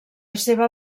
seva